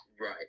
Right